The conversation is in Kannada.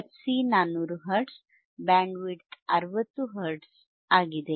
fC 400 ಹರ್ಟ್ಜ್ ಬ್ಯಾಂಡ್ವಿಡ್ತ್ 60 ಹರ್ಟ್ಜ್ ಆಗಿದೆ